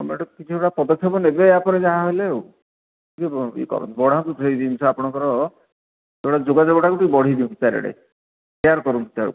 government କିଛି ଗୋଟେ ପଦକ୍ଷେପ ନେବେ ଏହାପରେ ଯାହାହେଲେ ଆଉ ଟିକିଏ ଇଏ କରନ୍ତୁ ବଢ଼ାନ୍ତୁ ସେଇ ଜିନିଷ ଆପଣଙ୍କର ଯୋଗାଯୋଗଟା କୁ ଟିକେ ବଢ଼େଇ ଦିଅନ୍ତୁ ଚାରିଆଡ଼େ ସେୟାର୍ କରନ୍ତୁ ତାହାକୁ